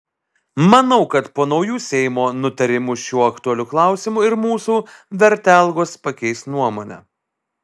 manau kad po naujų seimo nutarimų šiuo aktualiu klausimu ir mūsų vertelgos pakeis nuomonę